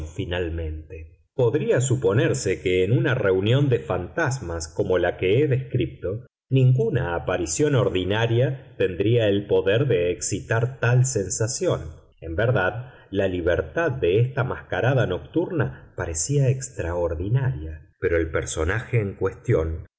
finalmente podría suponerse que en una reunión de fantasmas como la que he descrito ninguna aparición ordinaria tendría el poder de excitar tal sensación en verdad la libertad de esta mascarada nocturna parecía extraordinaria pero el personaje en cuestión